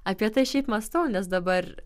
apie tai šiaip mąstau nes dabar